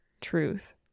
truth